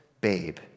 babe